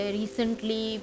recently